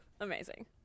Amazing